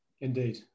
Indeed